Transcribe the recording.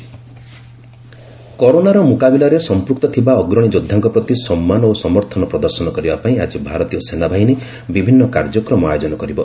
ଆର୍ମଣ୍ଡ୍ forces କରୋନାର ମୁକାବିଲାରେ ସଂପୃକ୍ତ ଥିବା ଅଗ୍ରଣୀ ଯୋଦ୍ଧାଙ୍କ ପ୍ରତି ସନ୍ମାନ ଓ ସମର୍ଥନ ପ୍ରଦର୍ଶନ କରିବା ପାଇଁ ଆଜି ଭାରତୀୟ ସେନାବାହିନୀ ବିଭିନ୍ନ କାର୍ଯ୍ୟକ୍ରମ ଆୟୋଜନ କରିବ